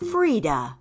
Frida